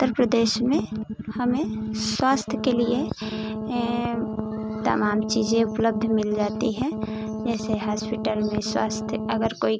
उत्तर प्रदेश में हमें स्वास्थय के लिए ए तमाम चीज़ें उपलब्ध मिल जाती हैं जैसे हास्पिटल में स्वास्थय अगर कोई